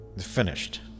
finished